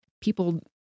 people